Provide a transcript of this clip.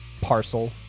parcel